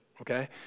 okay